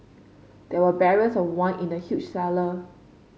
there were barrels of wine in the huge cellar